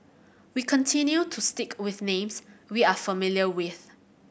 we continue to stick with names we are familiar with